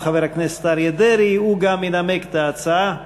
חברי הכנסת, מטעם ש"ס: